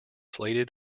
slated